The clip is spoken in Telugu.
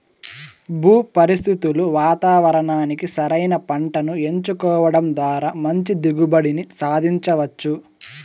భూ పరిస్థితులు వాతావరణానికి సరైన పంటను ఎంచుకోవడం ద్వారా మంచి దిగుబడిని సాధించవచ్చు